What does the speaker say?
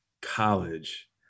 college